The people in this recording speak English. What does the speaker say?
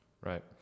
Right